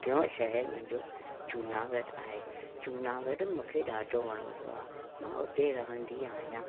टियों शहर मुंहिंजो जूनागढ़ आहे जूनागढ़ मूंखे ॾाढो वणंदो आहे मां उते रहंदी आहियां